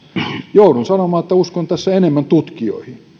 joudun sanomaan että uskon tässä enemmän tutkijoihin